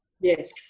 yes